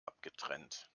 abgetrennt